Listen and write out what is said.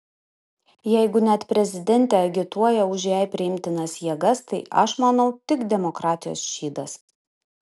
jeigu net prezidentė agituoja už jai priimtinas jėgas tai aš manau tik demokratijos šydas